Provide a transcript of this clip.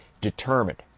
determined